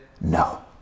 No